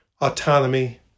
autonomy